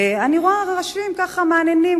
ואני רואה ראשים ככה מהנהנים,